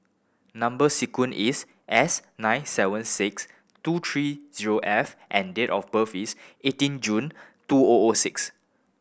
number sequence is S nine seven six two three zero F and date of birth is eighteen June two O O six